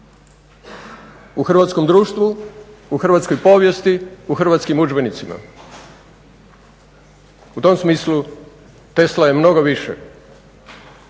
u hrvatskom društvu, u hrvatskoj povijesti, u hrvatskim udžbenicima. U tom smislu Tesla je mnogo više